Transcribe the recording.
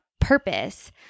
purpose